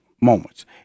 moments